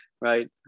Right